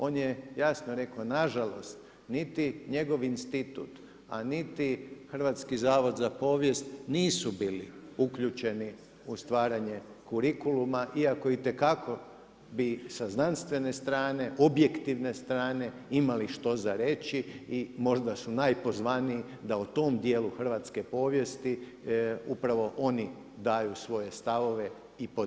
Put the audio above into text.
On je jasno rekao, nažalost, niti njegov institutu, a niti Hrvatski zavod za povijest nisu bili uključeni u stvaranje kurikuluma iako itekako bi sa znanstvene strane, objektivne strane imali što za reći i možda su najpozvaniji da u tom dijelu hrvatske povijesti upravo oni daju svoje stavove i podatke.